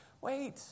Wait